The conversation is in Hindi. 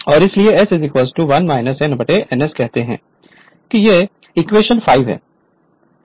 और इसलिए s 1 n ns कहते हैं कि यह इक्वेशन 5 है